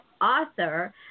author